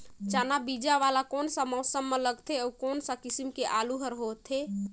चाना बीजा वाला कोन सा मौसम म लगथे अउ कोन सा किसम के आलू हर होथे?